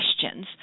questions